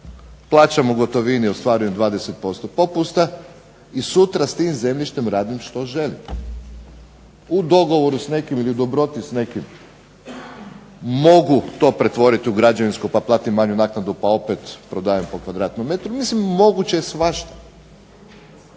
plaćam u gotovini ostvarujem 20% popusta i sutra s tim zemljištem radim što želim. U dogovoru s nekim mogu to pretvoriti u građevinsko, pa platim manju naknadu pa opet prodajem po kvadratnom metru, moguće je svašta.